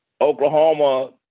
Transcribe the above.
Oklahoma